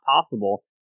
possible